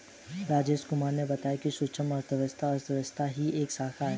राजेश कुमार ने बताया कि सूक्ष्म अर्थशास्त्र अर्थशास्त्र की ही एक शाखा है